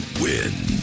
win